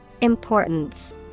Importance